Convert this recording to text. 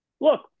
Look